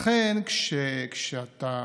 לכן, כשאתה